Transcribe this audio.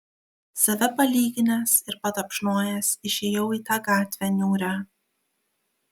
save palyginęs ir patapšnojęs išėjau į tą gatvę niūrią